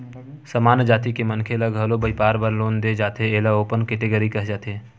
सामान्य जाति के मनखे ल घलो बइपार बर लोन दे जाथे एला ओपन केटेगरी केहे जाथे